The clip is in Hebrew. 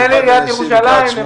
זה מעיריית ירושלים.